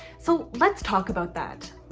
so let's talk about that.